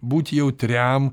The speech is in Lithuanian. būt jautriam